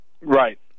Right